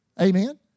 Amen